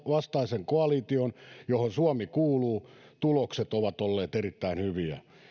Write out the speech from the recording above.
vastaisen koalition johon suomi kuuluu tulokset ovat olleet erittäin hyviä